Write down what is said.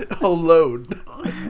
alone